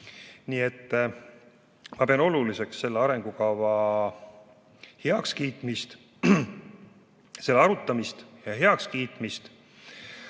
nii et ma pean oluliseks selle arengukava heakskiitmist, selle arutamist ja heakskiitmist.